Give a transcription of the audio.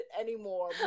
anymore